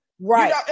Right